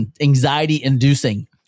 anxiety-inducing